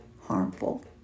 harmful